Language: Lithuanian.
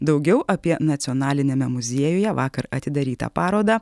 daugiau apie nacionaliniame muziejuje vakar atidarytą parodą